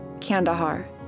Kandahar